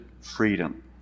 freedom